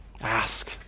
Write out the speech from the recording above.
ask